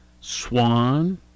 swan